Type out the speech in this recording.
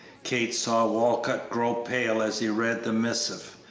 kate saw walcott grow pale as he read the missive,